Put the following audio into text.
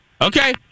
Okay